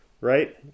right